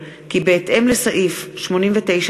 יפעת קריב, משה גפני, איציק שמולי,